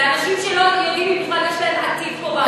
לאנשים שלא יודעים אם בכלל יש להם עתיד פה בארץ.